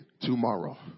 tomorrow